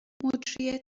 مجری